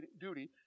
duty